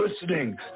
Listening